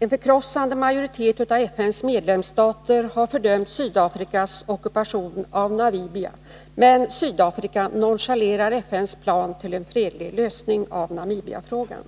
En förkrossande majoritet av FN:s medlemsstater har fördömt Sydafrikas ockupation av Namibia, men Sydafrika nonchalerar FN:s plan till en fredlig lösning av Namibiafrågan.